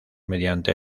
mediante